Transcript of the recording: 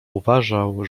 uważał